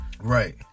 Right